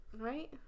Right